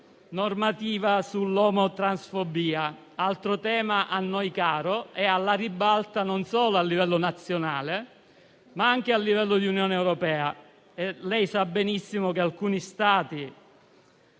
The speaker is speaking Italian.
normativa sull'omotransfobia; un altro tema a noi caro e alla ribalta non solo a livello nazionale, ma anche a livello di Unione europea. Lei sa benissimo che alcuni Stati,